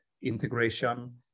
integration